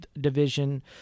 division